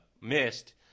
missed